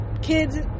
Kids